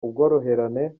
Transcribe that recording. ubworoherane